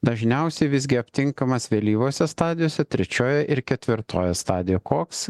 dažniausiai visgi aptinkamas vėlyvose stadijose trečiojoj ir ketvirtojoj stadio koks